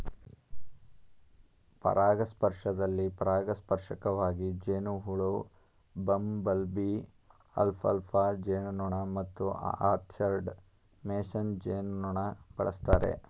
ಪರಾಗಸ್ಪರ್ಶದಲ್ಲಿ ಪರಾಗಸ್ಪರ್ಶಕವಾಗಿ ಜೇನುಹುಳು ಬಂಬಲ್ಬೀ ಅಲ್ಫಾಲ್ಫಾ ಜೇನುನೊಣ ಮತ್ತು ಆರ್ಚರ್ಡ್ ಮೇಸನ್ ಜೇನುನೊಣ ಬಳಸ್ತಾರೆ